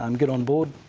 um get on board,